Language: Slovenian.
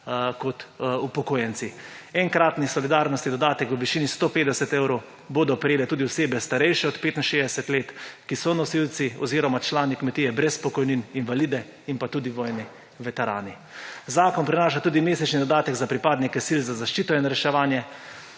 kot upokojenci. Enkratni solidarnostni dodatek v višini 150 evrov bodo prejele tudi osebe, starejše od 65 let, ki so nosilci oziroma člani kmetije, brez pokojnin, invalide in pa tudi vojni veterani. Zakon prinaša tudi mesečni dodatek za pripadnike sil za zaščito in reševanje